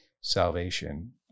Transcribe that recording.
salvation